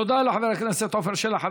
תודה לחבר הכנסת עפר שלח.